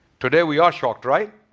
today we are shocked, right?